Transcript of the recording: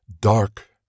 Dark